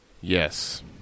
Yes